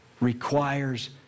requires